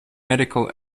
medical